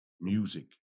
music